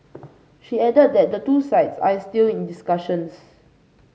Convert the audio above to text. she added that the two sides are still in discussions